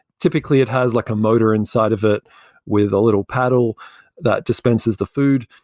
typically it has like a motor inside of it with a little paddle that dispenses the food.